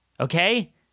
Okay